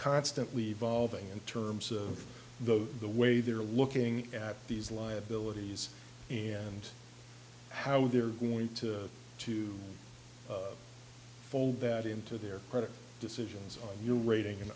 constantly evolving in terms of the the way they're looking at these liabilities and how they're going to to fold that into their credit decisions on your rating and